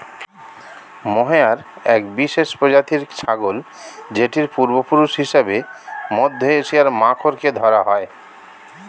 mohair এক বিশেষ প্রজাতির ছাগল যেটির পূর্বপুরুষ হিসেবে মধ্য এশিয়ার মাখরকে ধরা হয়